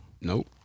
Nope